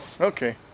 Okay